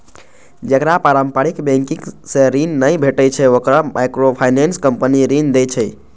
जेकरा पारंपरिक बैंकिंग सं ऋण नहि भेटै छै, ओकरा माइक्रोफाइनेंस कंपनी ऋण दै छै